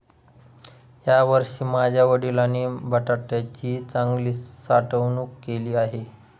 यावर्षी माझ्या वडिलांनी बटाट्याची चांगली साठवणूक केली आहे